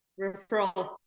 Referral